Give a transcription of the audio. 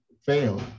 fail